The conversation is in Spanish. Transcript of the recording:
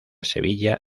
sevilla